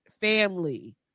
family